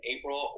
April